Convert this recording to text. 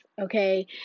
Okay